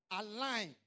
align